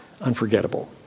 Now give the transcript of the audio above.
unforgettable